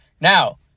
Now